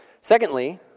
Secondly